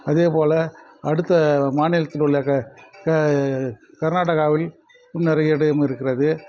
அதேபோல் அடுத்த மாநிலத்தில் உள்ள கர்நாடகாவில் நிறைய இடம் இருக்கிறது